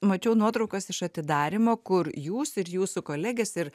mačiau nuotraukas iš atidarymo kur jūs ir jūsų kolegės ir